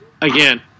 again